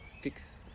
fix